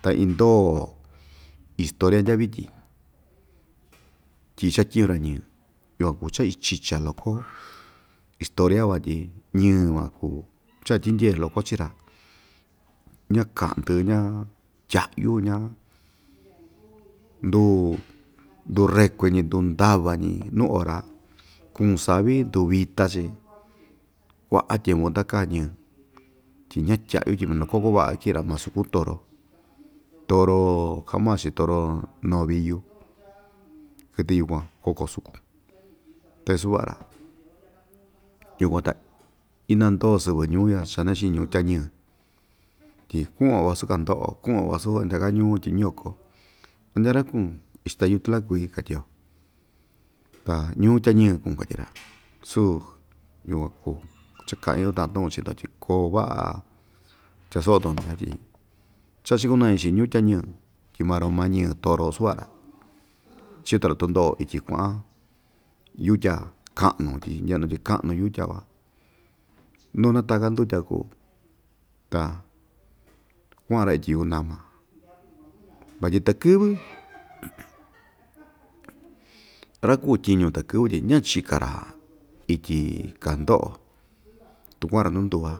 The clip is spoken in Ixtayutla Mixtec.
Ta indoo historia ndya vityin tyi chatyiñu‑ra ñɨɨ yukuan kuu cha‑ichicha loko historia van tyi ñɨɨ van kuu cha‑tyindyee loko chii‑ra ñaka'ndɨ ñatya'yu ña ndu ndurekuen‑ñi ndundava‑ñi nuu ora kuun savi nduvita‑chi kua'a tyempu ndaka ñɨɨ tyi ñatya'yu tyi ma nu kokon va'a ikin‑ra ma sukun toro toro ka'an maa‑chi toro noviyu kɨtɨ yukuan kokon sukun ta isuva'a‑ra yukuan ta inandoo sɨvɨ ñuu ya chanañi‑chi ñuu tyañɨɨ tyi ku'un‑yo vasu kahndo'o ku'un‑yo vasu andyaka ñuu ityi ñiyoko andya ra‑kuun ixtayutla kui katyio ta ñuu tyañɨɨ kuun katyi‑ra suu yukuan kuu cha ka'in uta'an tu'un chi'i‑ndo tyi koo va'a cha‑chikunañi‑chi ñuu tyañɨɨ tyi maroma ñɨɨ toro suva'a‑ra chito‑ra tundo'o ityi kua'an yutya ka'nu tyi ka'nu yutya van nuu nataka ndutya kuu ta kua'an‑ra ityi yukunama vatyi takɨ́vɨ ra‑kuu tyiñu takɨ́vɨ tyi ñachika‑ra ityi kahndo'o tu kua'an‑ra nunduva